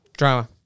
Drama